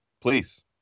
Please